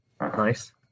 Nice